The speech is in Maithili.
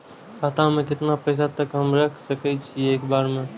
खाता में केतना पैसा तक हमू रख सकी छी एक बेर में?